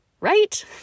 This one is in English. Right